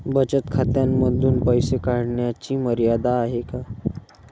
बचत खात्यांमधून पैसे काढण्याची मर्यादा आहे का?